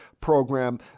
program